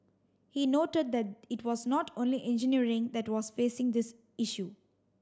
he noted that it was not only engineering that was facing this issue